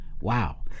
Wow